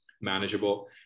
manageable